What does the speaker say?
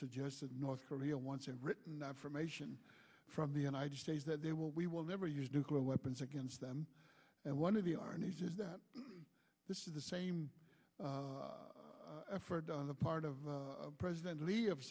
suggest that north korea wants and written affirmation from the united states that they will we will never use nuclear weapons against them and one of the our news is that this is the same effort on the part of president lee of